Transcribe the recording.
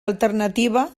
alternativa